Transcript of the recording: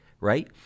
right